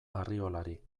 arriolari